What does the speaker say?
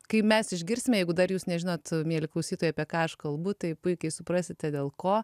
kai mes išgirsime jeigu dar jūs nežinot mieli klausytojai apie ką aš kalbu tai puikiai suprasite dėl ko